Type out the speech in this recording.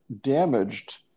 damaged